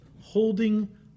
holding